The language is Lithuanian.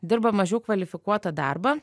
dirba mažiau kvalifikuotą darbą